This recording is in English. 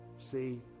see